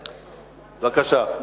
בבקשה.